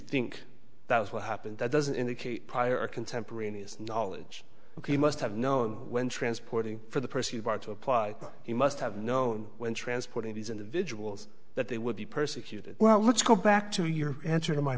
think that was what happened that doesn't indicate prior contemporaneous knowledge he must have known when transporting for the person you are to apply he must have known when transporting these individuals that they would be persecuted well let's go back to your answer to my